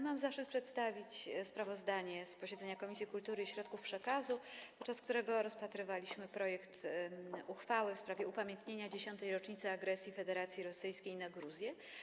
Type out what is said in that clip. Mam zaszczyt przedstawić sprawozdanie z posiedzenia Komisji Kultury i Środków Przekazu, podczas którego rozpatrywaliśmy projekt uchwały w sprawie upamiętnienia 10. rocznicy agresji Federacji Rosyjskiej na Gruzję.